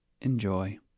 Enjoy